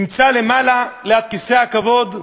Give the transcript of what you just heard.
נמצא למעלה, ליד כיסא הכבוד,